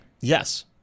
Yes